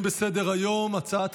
התשפ"ג 2023,